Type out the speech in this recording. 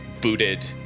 booted